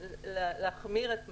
יכול להחמיר את מצבו.